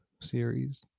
series